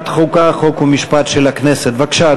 בבקשה,